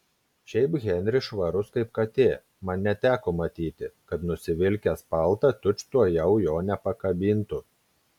šiaip henris švarus kaip katė man neteko matyti kad nusivilkęs paltą tučtuojau jo nepakabintų